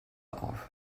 auf